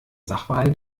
sachverhalte